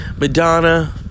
Madonna